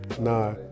Nah